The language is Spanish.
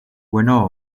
bueno